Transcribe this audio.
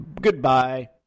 goodbye